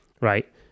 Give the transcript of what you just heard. right